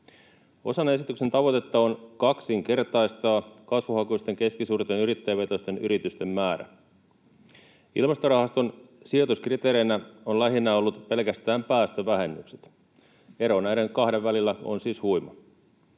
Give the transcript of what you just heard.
Osana esityksen tavoitetta on kaksinkertaistaa kasvuhakuisten keskisuurten yrittäjävetoisten yritysten määrä. Ilmastorahaston sijoituskriteereinä ovat olleet lähinnä pelkästään päästövähennykset. Ero näiden kahden välillä on siis huima.